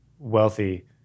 wealthy